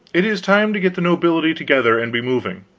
it is time to get the nobility together and be moving.